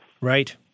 Right